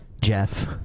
Jeff